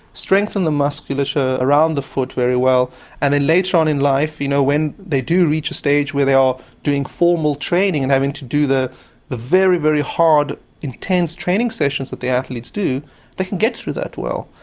strengthen the musculature around the foot very well and then later on in life you know when they do reach a stage when they are doing formal training and having to do the the very, very hard intense training sessions that the athletes do they can get through that well.